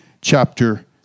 chapter